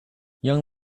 young